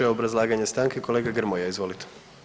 Treće obrazlaganje stanke kolega Grmoja izvolite.